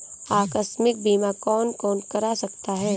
आकस्मिक बीमा कौन कौन करा सकता है?